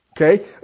Okay